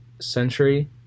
century